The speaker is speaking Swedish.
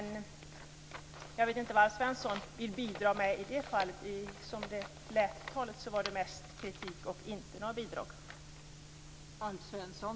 Jag vet inte vad Alf Svensson vill bidra med i det fallet. Det var mest kritik, och inte tal om några bidrag, i anförandet.